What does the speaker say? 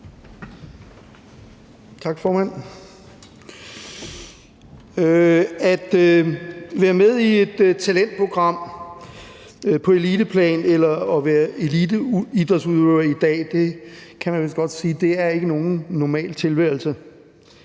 Tak, formand. At være med i et talentprogram på eliteplan eller være eliteidrætsudøver i dag kan man vist godt sige ikke er nogen normal tilværelse.